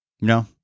No